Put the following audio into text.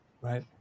right